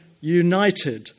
united